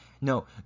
No